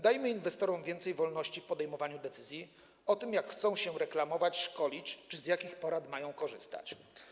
Dajmy inwestorom więcej wolności w podejmowaniu decyzji, jak chcą się reklamować, szkolić czy z jakich porad mają korzystać.